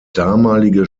damalige